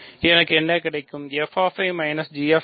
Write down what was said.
எனக்கு என்ன கிடைக்கும்